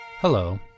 Hello